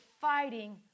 fighting